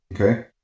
Okay